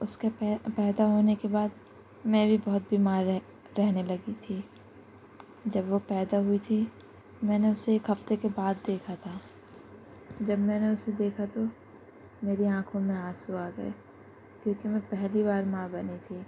اس کے پیدا ہونے کے بعد میں بھی بہت بیمار رہ رہنے لگی تھی جب وہ پیدا ہوئی تھی میں نے اسے ایک ہفتے کے بعد دیکھا تھا جب میں نے اسے دیکھا تو میری آنکھوں میں آنسو آ گئے کیونکہ میں پہلی بار ماں بنی تھی